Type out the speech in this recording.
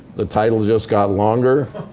the title just got longer.